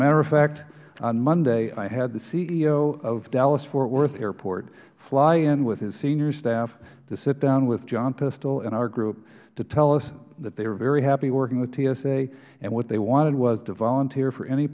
matter of fact on monday i had the ceo of dallasfort worth airport fly in with his senior staff to sit down with john pistole and our group to tell us that they are very happy working with tsa and what they wanted was to volunteer for any